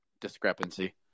discrepancy